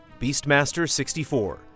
Beastmaster64